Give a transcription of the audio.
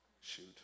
Shoot